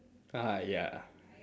ah ya